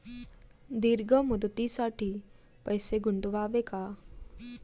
दीर्घ मुदतीसाठी पैसे गुंतवावे का?